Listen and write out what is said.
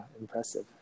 impressive